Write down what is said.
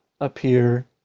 appear